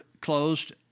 closed